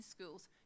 schools